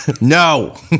No